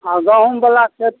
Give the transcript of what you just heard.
आ गहुँम बला खेत